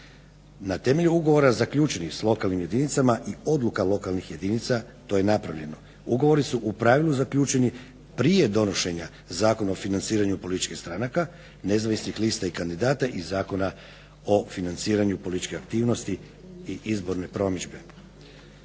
Na temelju ugovora zaključenih s lokalnim jedinicama i odluka lokalnih jedinica to je napravljeno. Ugovori su u pravilu zaključeni prije donošenja Zakona o financiranju političkih stranaka nezavisnih lista i kandidata i zakona o financiranju političke aktivnosti i izborne promidžbe.